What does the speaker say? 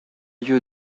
lieu